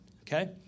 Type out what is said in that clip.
okay